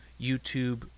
YouTube